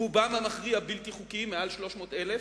רובם המכריע בלתי חוקיים, מעל 300,000,